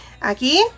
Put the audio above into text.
Aquí